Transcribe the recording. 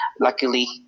luckily